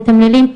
מתמללים,